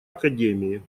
академии